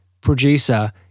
producer